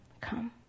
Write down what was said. come